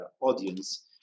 audience